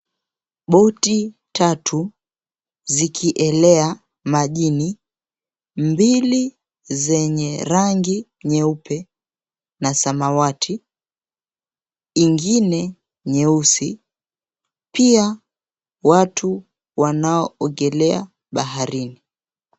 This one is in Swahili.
Boti tatu zikielea majini. Mbili zenye rangi nyeupe na samawati, ingine nyeusi pia watu wanaoogelea baharini.